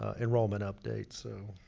ah enrollment update. so,